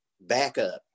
backup